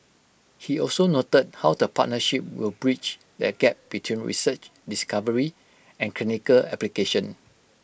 he also noted how the partnership will bridge the gap between research discovery and clinical application